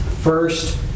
first